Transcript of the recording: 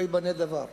לא ייבנה דבר.